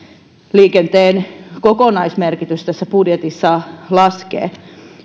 liikenteen kokonaismerkitys tässä budjetissa laskee